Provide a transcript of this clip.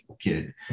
kid